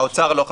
האוצר לא חתם.